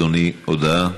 אדוני, הודעה.